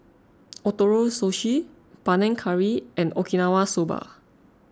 Ootoro Sushi Panang Curry and Okinawa Soba